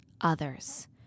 others